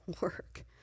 work